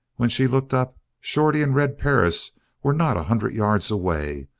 when she looked up shorty and red perris were not a hundred yards away,